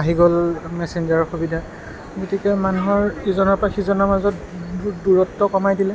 আহি গ'ল মেছেঞ্জাৰৰ সুবিধা গতিকে মানুহৰ ইজনৰ পৰা সিজনৰ মাজত দূৰ দূৰত্ব কমাই দিলে